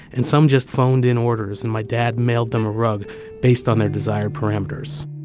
and some just phoned in orders, and my dad mailed them a rug based on their desired parameters.